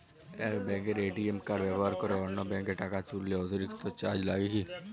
এক ব্যাঙ্কের ATM card ব্যবহার করে অন্য ব্যঙ্কে টাকা তুললে অতিরিক্ত চার্জ লাগে কি?